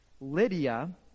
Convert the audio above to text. Lydia